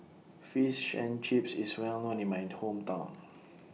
Fish and Chips IS Well known in My Hometown